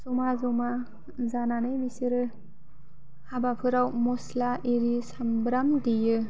ज'मा ज'मा जानानै बिसोरो हाबाफोराव म'स्ला आरि सामब्राम देयो